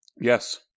Yes